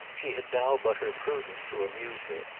she had now but her prudence to amuse her.